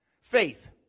faith